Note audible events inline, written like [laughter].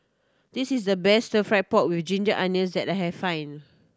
this is the best Stir Fried Pork With Ginger Onions that I [unintelligible] find